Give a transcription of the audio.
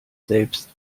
selbst